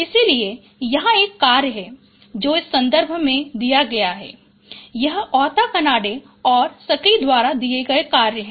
इसलिए यहां एक कार्य है जो इस संदर्भ में दिया है यह ओहता कनाडे और सकई द्वारा किया गया कार्य है